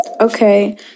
Okay